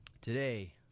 Today